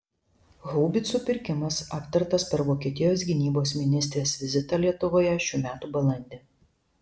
haubicų pirkimas aptartas per vokietijos gynybos ministrės vizitą lietuvoje šių metų balandį